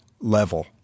level